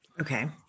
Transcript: Okay